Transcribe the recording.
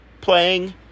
playing